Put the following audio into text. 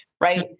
right